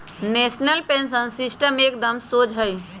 national pension system एकदम शोझ हइ